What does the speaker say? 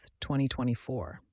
2024